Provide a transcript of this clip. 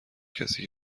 کسی